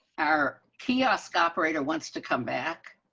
our kiosk operator wants to come back.